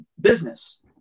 business